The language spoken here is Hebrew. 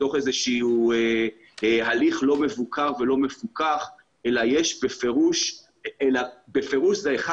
מתוך איזשהו הליך לא מבוקר ולא מפוקח אלא בפירוש זה אחד